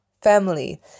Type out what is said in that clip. family